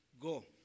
go